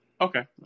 Okay